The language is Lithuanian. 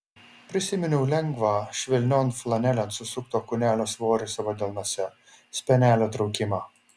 prisiminiau lengvą švelnion flanelėn susukto kūnelio svorį savo delnuose spenelio traukimą